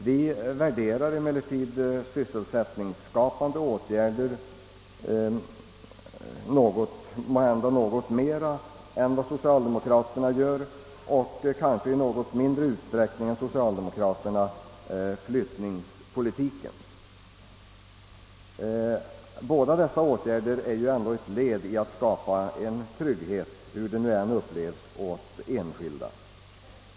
Vi värderar måhända sysselsättningsskapande åtgärder något mer än socialdemokraterna gör och uppskattar flyttningspolitiken i något mindre utsträckning än socialdemokraterna gör. Båda dessa slag av åtgärder utgör ändå led i försöken att skapa trygghet åt den enskilde.